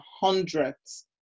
hundreds